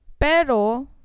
Pero